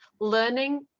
learning